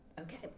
Okay